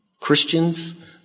Christians